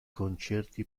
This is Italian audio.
concerti